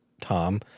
Tom